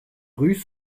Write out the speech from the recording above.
rues